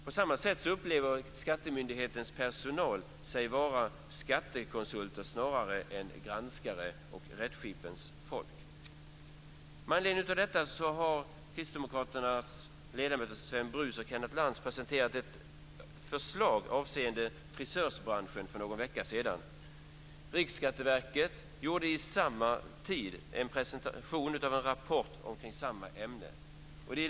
Dessutom upplever sig skattemyndighetens personal vara skattekonsulter snarare än granskare och rättskipningsfolk. Med anledning av detta har de kristdemokratiska ledamöterna Sven Brus och Kenneth Lantz för någon vecka sedan presenterat att förslag avseende frisörbranschen. Riksskatteverket gjorde vid samma tid en presentation av en rapport i samma ämne.